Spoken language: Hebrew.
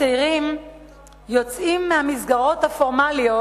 הצעירים יוצאים מהמסגרות הפורמליות